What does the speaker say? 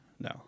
No